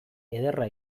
ederra